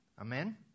Amen